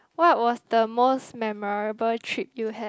what was the most memorable trip you had